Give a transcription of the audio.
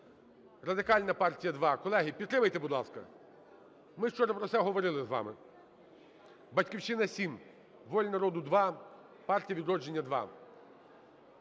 Радикальна партія – 2. Колеги, підтримайте, будь ласка. Ми ж вчора про це говорили з вами. "Батьківщина" – 7, "Воля народу" – 2, "Партія "Відродження"